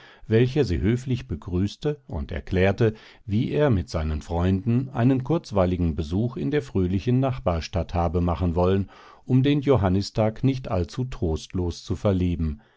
welcher sie höflich begrüßte und erklärte wie er mit seinen freunden einen kurzweiligen besuch in der fröhlichen nachbarstadt habe machen wollen um den johannistag nicht allzu trostlos zu verleben